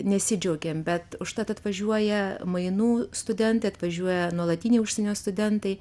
nesidžiaugiam bet užtat atvažiuoja mainų studentai atvažiuoja nuolatiniai užsienio studentai